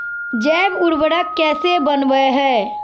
जैव उर्वरक कैसे वनवय हैय?